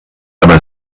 aber